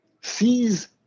sees